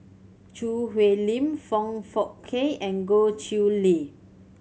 Choo Hwee Lim Foong Fook Kay and Goh Chiew Lye